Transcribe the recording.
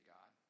God